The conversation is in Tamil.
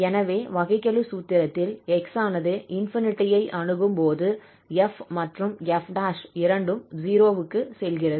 எனவே வகைக்கெழு சூத்திரத்தில் x ஆனது ∞ அணுகும்போது 𝑓 மற்றும் 𝑓′ இரண்டும் 0 க்குச் செல்கிறது